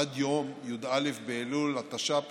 עד יום י"א באלול התש"ף,